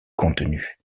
contenu